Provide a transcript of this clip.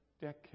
decade